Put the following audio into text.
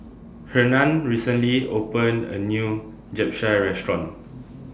Hernan recently opened A New Japchae Restaurant